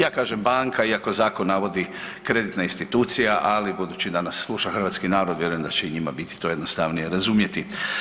Ja kažem banka iako zakon navodi kreditna institucija, ali budući da nas sluša hrvatski narod vjerujem da će i njima biti to jednostavnije razumjeti.